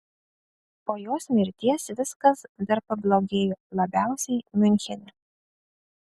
po jos mirties viskas dar pablogėjo labiausiai miunchene